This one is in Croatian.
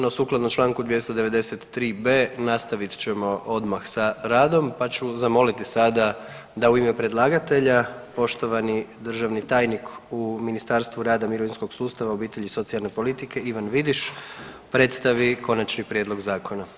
No, sukladno članku 293b. nastavit ćemo odmah sa radom, pa ću zamoliti sada da u ime predlagatelja poštovani državni tajnik u Ministarstvu rada, mirovinskog sustava, obitelji i socijalne politike Ivan Vidiš predstavi konačni prijedlog zakona.